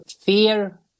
fear